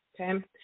okay